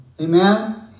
Amen